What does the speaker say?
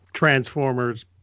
Transformers